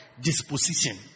disposition